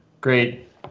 great